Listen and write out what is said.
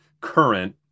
current